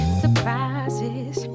surprises